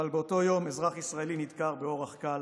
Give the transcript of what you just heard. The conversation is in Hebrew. אבל באותו יום אזרח ישראלי נדקר באורח קל